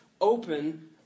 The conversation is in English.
open